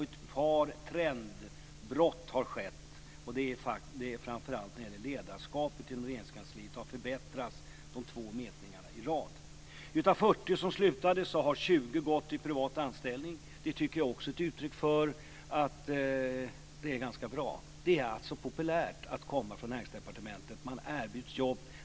Ett par trendbrott har skett, framför allt när det gäller ledarskapet inom Regeringskansliet. Där visar två mätningar i rad på en förbättring. Av 40 personer som slutade har 20 personer gått till privat anställning. Det tycker jag också är ett uttryck för att det är ganska bra. Det är alltså populärt att komma från Näringsdepartementet; man erbjuds jobb.